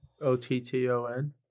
O-T-T-O-N